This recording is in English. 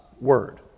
word